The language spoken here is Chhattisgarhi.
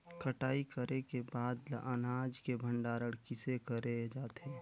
कटाई करे के बाद ल अनाज के भंडारण किसे करे जाथे?